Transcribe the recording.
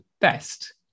best